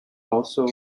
also